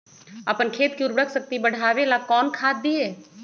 अपन खेत के उर्वरक शक्ति बढावेला कौन खाद दीये?